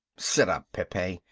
sit up, pepe.